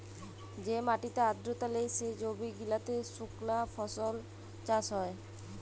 যে মাটিতে আদ্রতা লেই, সে জমি গিলাতে সুকনা ফসল চাষ হ্যয়